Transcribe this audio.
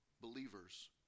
believers